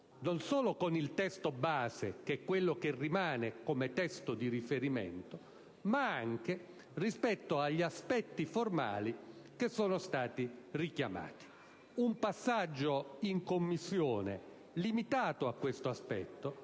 non solo con il testo base, che rimane come testo di riferimento, ma anche rispetto agli aspetti formali che sono stati richiamati. Un passaggio in Commissione limitato a questo aspetto